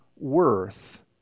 worth